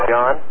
John